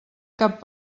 cap